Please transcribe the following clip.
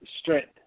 strength